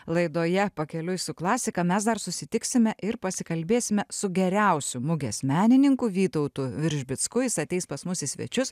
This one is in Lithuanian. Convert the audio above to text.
laidoje pakeliui su klasika mes dar susitiksime ir pasikalbėsime su geriausiu mugės menininku vytautu veržbicku jis ateis pas mus į svečius